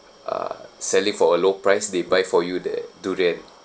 uh selling for a low price they buy for you that durian